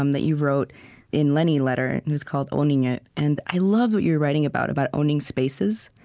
um that you wrote in lenny letter, it and was called owning it. and i love what you were writing about, about owning spaces.